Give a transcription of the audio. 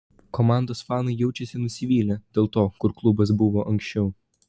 komandos fanai jaučiasi nusivylę dėl to kur klubas buvo anksčiau